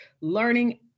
learning